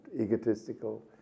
egotistical